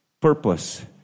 purpose